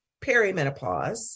perimenopause